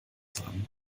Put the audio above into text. haben